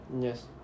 Yes